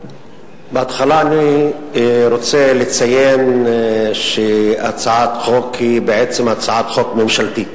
בהתחלה אני רוצה לציין שהצעת החוק היא בעצם הצעת חוק ממשלתית.